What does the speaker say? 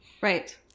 Right